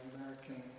American